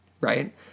Right